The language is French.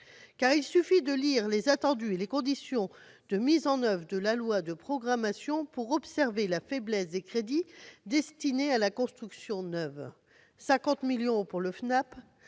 il suffit de lire les attendus et les conditions de mise en oeuvre de la loi de programmation pour observer la faiblesse des crédits destinés à la construction neuve- 50 millions d'euros sont